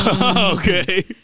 Okay